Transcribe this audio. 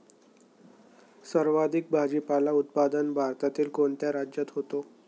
सर्वाधिक भाजीपाला उत्पादन भारतातील कोणत्या राज्यात होते?